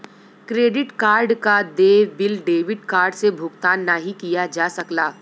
credit card क देय bill debit card से भुगतान नाहीं किया जा सकला